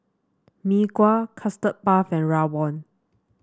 Mee Kuah Custard Puff and rawon